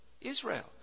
Israel